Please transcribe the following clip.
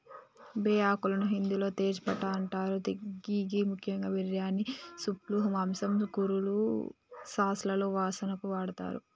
బేఆకులను హిందిలో తేజ్ పట్టా అంటరు గిది ముఖ్యంగా బిర్యానీ, సూప్లు, మాంసం, కూరలు, సాస్లలో వాసనకు వాడతరు